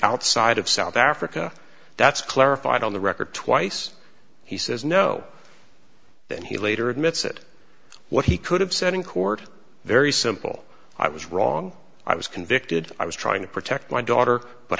outside of south africa that's clarified on the record twice he says no then he later admits that what he could have said in court very simple i was wrong i was convicted i was trying to protect my daughter but